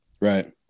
Right